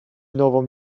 nową